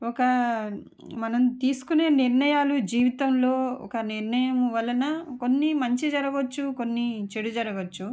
ఒక మనం తీసుకొనే నిర్ణయాలు జీవితంలో ఒక నిర్ణయం వలన కొన్ని మంచి జరగవచ్చు కొన్ని చెడు జరగవచ్చు